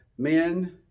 Men